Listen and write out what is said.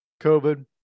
covid